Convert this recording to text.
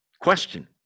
Question